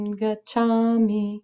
gachami